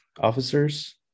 officers